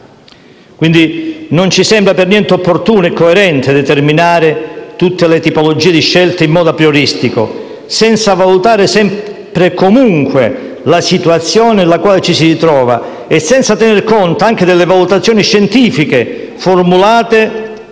Pertanto non ci sembra affatto opportuno e coerente determinare tutte le tipologie di scelte in modo aprioristico, senza valutare sempre e comunque la situazione nella quale ci si ritrova e senza tener conto anche delle valutazioni scientifiche formulate,